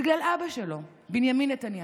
בגלל אבא שלו, בנימין נתניהו.